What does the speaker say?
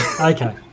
Okay